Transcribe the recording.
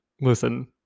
listen